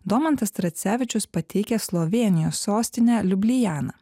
domantas tracevičius pateikia slovėnijos sostinę liublianą